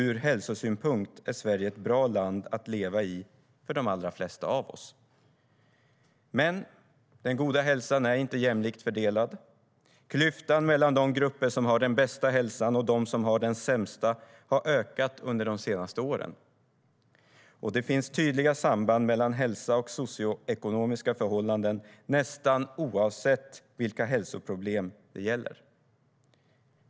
Ur hälsosynpunkt är Sverige ett bra land att leva i för de allra flesta av oss. Men den goda hälsan är inte jämlikt fördelad. Klyftan mellan de grupper som har den bästa hälsan och dem som har den sämsta har ökat under de senaste åren. Och det finns tydliga samband mellan hälsa och socioekonomiska förhållanden nästan oavsett vilka hälsoproblem det gäller.